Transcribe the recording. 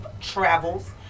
travels